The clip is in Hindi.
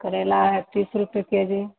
करैला है तीस रुपये के जी